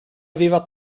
aveva